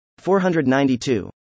492